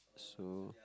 so